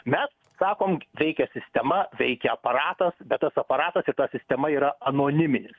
mes sakom veikia sistema veikia aparatas bet tas aparatas ir ta sistema yra anoniminis